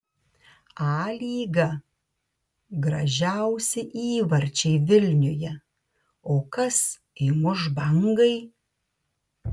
a lyga gražiausi įvarčiai vilniuje o kas įmuš bangai